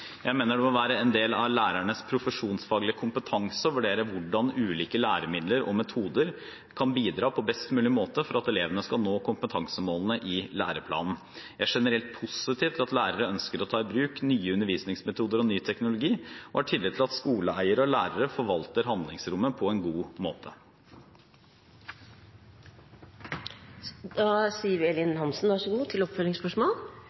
Jeg mener det må være en del av lærernes profesjonsfaglige kompetanse å vurdere hvordan ulike læremidler og metoder kan bidra på best mulig måte for at elevene skal nå kompetansemålene i læreplanen. Jeg er generelt positiv til at lærere ønsker å ta i bruk nye undervisningsmetoder og ny teknologi, og har tillit til at skoleeiere og lærere forvalter handlingsrommet på en god